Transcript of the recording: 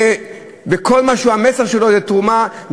וכל המסר שלו זה תרומה,